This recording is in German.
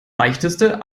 leichteste